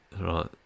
Right